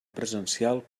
presencial